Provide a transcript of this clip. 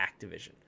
Activision